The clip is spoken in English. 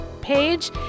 page